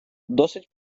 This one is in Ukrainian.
досить